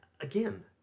Again